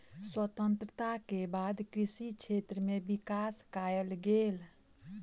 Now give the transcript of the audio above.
स्वतंत्रता के बाद कृषि क्षेत्र में विकास कएल गेल